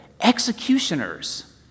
executioners